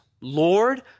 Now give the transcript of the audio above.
Lord